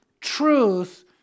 truth